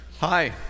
Hi